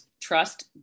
trust